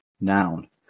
noun